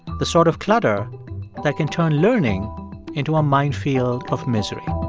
the sort of clutter that can turn learning into a minefield of misery